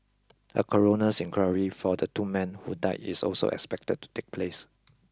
a coroner's inquiry for the two men who died is also expected to take place